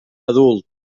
adult